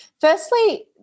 Firstly